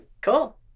Cool